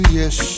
yes